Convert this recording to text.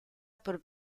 por